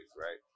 right